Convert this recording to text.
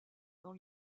dans